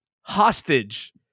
hostage